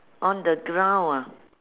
on the ground ah